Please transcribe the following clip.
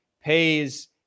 pays